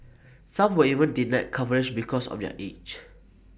some were even denied coverage because of their age